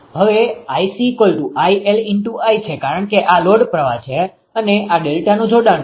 હવે 𝐼𝐶 𝐼𝐿 છે કારણ કે આ લોડ પ્રવાહ છે અને આ ડેલ્ટાનુ જોડાણ છે